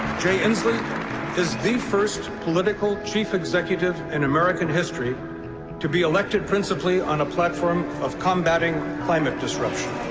jay inslee is the first political chief executive in american history to be elected principally on a platform of combating climate disruption.